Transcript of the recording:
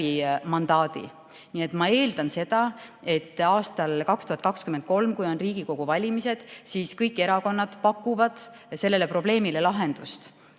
kaudu. Ma eeldan seda, et aastal 2023, kui on Riigikogu valimised, pakuvad kõik erakonnad sellele probleemile lahendusi: